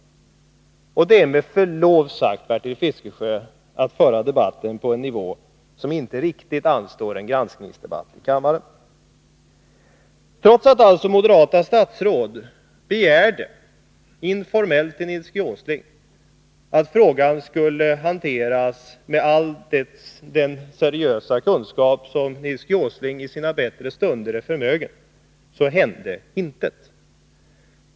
Det är, med förlov sagt, att föra debatten på en nivå som inte riktigt anstår oss vid en granskningsdebatt här i kammaren. Trots att moderata statsråd begärde, genom att informellt vända sig till Nils G. Åsling, att frågan skulle hanteras med all den kunskap och kraft som Nils G. Åsling i sina bättre stunder är förmögen att ådagalägga, hände det intet.